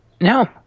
no